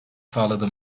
sağladı